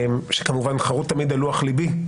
שכמובן חרוט תמיד על לוח ליבי,